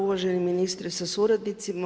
Uvaženi ministre sa suradnicima.